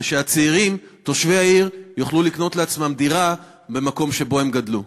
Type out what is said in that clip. ושהצעירים תושבי העיר יוכלו לקנות לעצמם דירה במקום שבו הם גדלו.